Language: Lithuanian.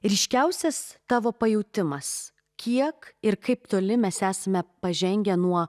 ryškiausias tavo pajautimas kiek ir kaip toli mes esame pažengę nuo